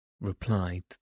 replied